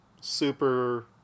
super